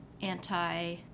anti